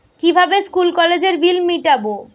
কিভাবে স্কুল কলেজের বিল মিটাব?